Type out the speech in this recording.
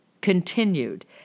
continued